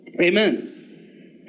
Amen